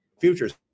futures